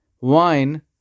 wine